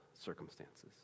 circumstances